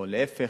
או להיפך,